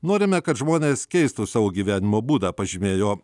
norime kad žmonės keistų savo gyvenimo būdą pažymėjo